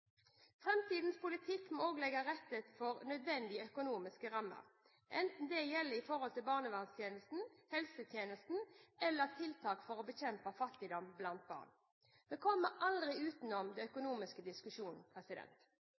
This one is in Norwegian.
Framtidens politikk må også legge til rette for nødvendige økonomiske rammer, enten det gjelder barnevernstjenesten, helsetjenesten eller tiltak for å bekjempe fattigdom blant barn. Vi kommer aldri utenom den økonomiske diskusjonen.